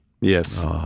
yes